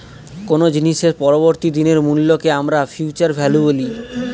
কোনো জিনিসের পরবর্তী দিনের মূল্যকে আমরা ফিউচার ভ্যালু বলি